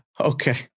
Okay